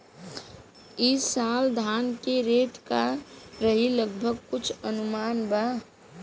ई साल धान के रेट का रही लगभग कुछ अनुमान बा?